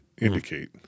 indicate